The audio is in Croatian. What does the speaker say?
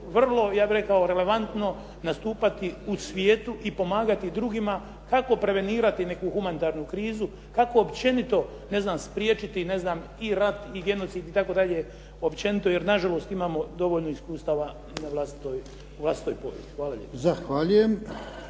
vrlo ja bih rekao relevantno nastupati u svijetu i pomagati drugima kako prevenirati neku humanitarnu krizu, kako općenito ne znam spriječiti ne znam i rat i genocid itd. općenito, jer na žalost imamo dovoljno iskustava u vlastitoj povijesti. Hvala lijepo.